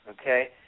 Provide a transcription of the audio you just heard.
Okay